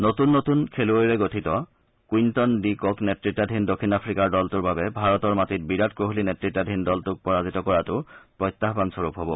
নতুন নতুন খেলুৱৈৰে গঠিত কুইণ্টন ডি ক'ক নেততাধীন দক্ষিণ আফ্ৰিকাৰ দলটোৰ বাবে ভাৰতৰ মাটিত বিৰাট কোহলী নেততাধীন দলটোক পৰাজিত কৰাটো প্ৰত্যাহবান স্বৰূপ হব